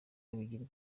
bigirwa